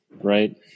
right